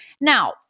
Now